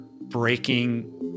breaking